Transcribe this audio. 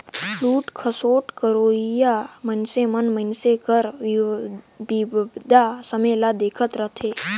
लूट खसोट करोइया मइनसे मन मइनसे कर बिपदा समें ल देखत रहथें